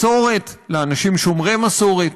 מסורת לאנשים שומרי מסורת.